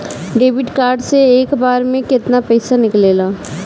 Debit card से एक बार मे केतना पैसा निकले ला?